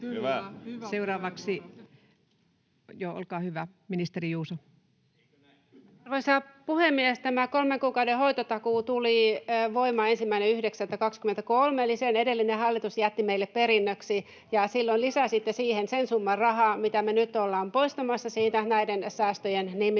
Kymäläinen sd) Time: 16:08 Content: Arvoisa puhemies! Tämä kolmen kuukauden hoitotakuu tuli voimaan 1.9.23, eli sen edellinen hallitus jätti meille perinnöksi, ja silloin lisäsitte siihen sen summan rahaa, mitä me nyt ollaan poistamassa siitä näiden säästöjen nimissä.